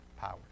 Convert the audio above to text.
power